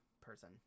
person